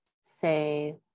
say